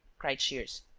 cried shears.